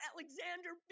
Alexander